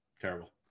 terrible